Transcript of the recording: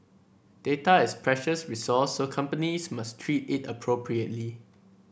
data is precious resource so companies must treat it appropriately